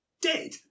Dead